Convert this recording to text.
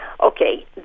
okay